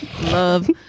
Love